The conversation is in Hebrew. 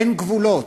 אין גבולות.